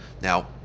now